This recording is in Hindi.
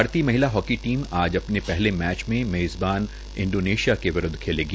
भारतीय महिला हाकी टीम आज अपने पहले मैच मे मेज़बान इंडोनेशिया के विरूद्व मैच खेलेगी